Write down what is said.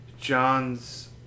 John's